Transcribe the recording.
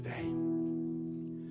today